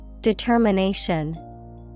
Determination